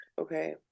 Okay